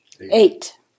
Eight